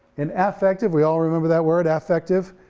an affective, we all remember that word, affective,